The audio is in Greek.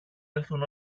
έλθουν